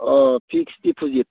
O fixed deposit